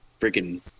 freaking